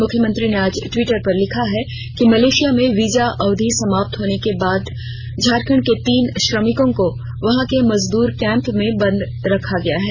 मुख्यमंत्री ने आज ट्विटर पर लिखा है कि मलेशिया में वीजा अवधि समाप्त हो जाने के कारण झारखण्ड के तीन श्रमिकों को वहां के मजदूर कैम्प में बंद कर रखा गया है